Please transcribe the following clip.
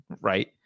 right